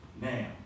Now